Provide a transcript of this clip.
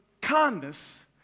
kindness